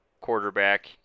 quarterback